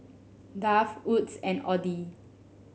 Dove Wood's and Audi